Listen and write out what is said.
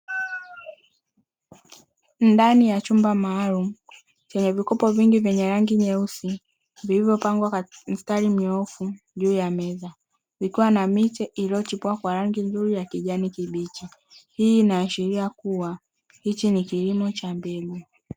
Ndani ya chumba maalumu chenye vikopo vingi vyenye rangi nyeusi vilivyopangwa kwa msitari mnyoofu juu ya meza vikiwa na miche iliyochipua kwa rangi nzuri ya kijani kibichi, hii inaashiria kuwa hichi ni kilimo cha mbegu.